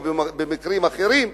או במקרים אחרים,